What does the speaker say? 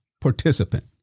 participant